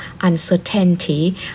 uncertainty